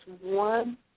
one